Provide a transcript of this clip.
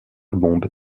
bombes